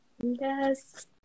yes